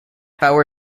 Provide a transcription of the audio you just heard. hour